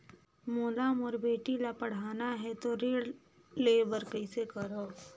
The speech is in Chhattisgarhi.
मोला मोर बेटी ला पढ़ाना है तो ऋण ले बर कइसे करो